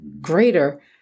greater